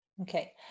Okay